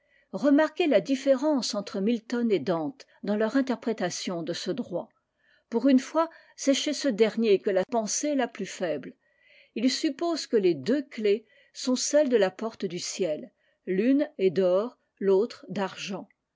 remarquez la différence entre milton etdante dans leur interprétation de ce droit pour une fois c'est chez ce dernier que la pensée estla plus faible ilsuppose que les deux clefs sont celles de la porte du ciel l'une est d'or l'autre d'argent